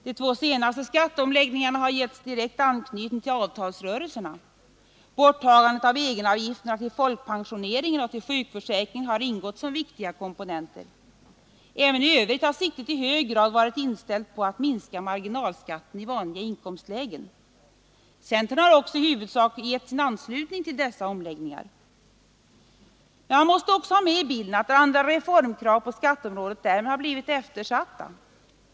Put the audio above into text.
De två senaste omläggningarna har getts direkt anknytning till avtalsrörelserna. Borttagandet av egenavgifterna till folkpensioneringen och till sjukförsäkringen har ingått som viktiga komponenter. Även i övrigt har siktet i hög grad varit inställt på att minska marginalskatten i vanliga inkomstlägen. Centern har också i huvudsak gett sin anslutning till dessa omläggningar. Men man måste också ha med i bilden att andra reformkrav på skatteområdet därmed har blivit eftersatta.